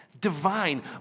divine